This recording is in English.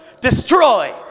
destroy